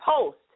post